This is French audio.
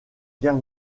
guerre